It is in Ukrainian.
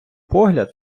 погляд